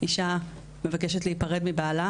אישה מבקשת להיפרד מבעלה,